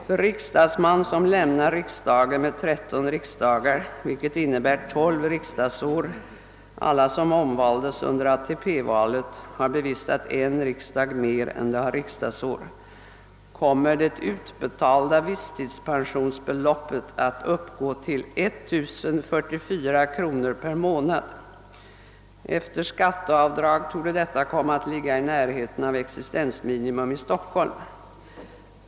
För riksdagsman som lämnar riksdagen efter 13 riksdagar — vilket innebär 12 riksdagsår; alla som omvaldes under ATP-valet har bevistat en riksdag mer än de har riksdagsår — kommer det utbetalda visstidspensionsbeloppet att uppgå till 1 044 kronor per månad. Efter skatteavdrag torde detta komma att ligga i närheten av existensminimum i Stockholm.